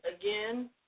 again